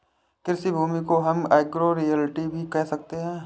कृषि भूमि को हम एग्रो रियल्टी भी कह सकते है